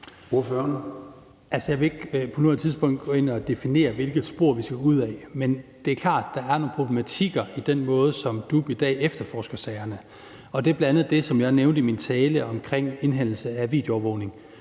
Jeg vil ikke på nuværende tidspunkt gå ind og definere, hvilket spor vi skal gå ud ad. Men det er klart, at der er nogle problematikker i den måde, som DUP i dag efterforsker sagerne på, og det er bl.a. det, som jeg nævnte i min tale om indhentelse af videoovervågning,